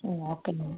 ம் okay ma'am